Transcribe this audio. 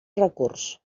recurs